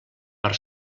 per